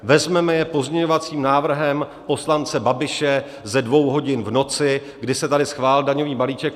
Vezmeme je pozměňovacím návrhem poslance Babiše ze dvou hodin v noci, kdy se tady schválil daňový balíček.